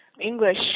English